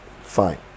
fine